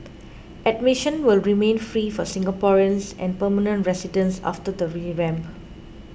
admission will remain free for Singaporeans and permanent residents after the revamp